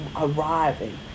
arriving